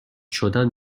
شدن